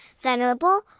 venerable